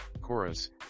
chorus